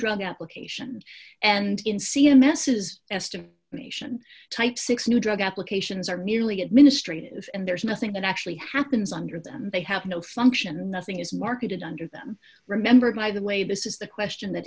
drug application and in c m s is estimate mation type six new drug applications are merely administrative and there's nothing that actually happens under them they have no function nothing is marketed under them remembered by the way this is the question th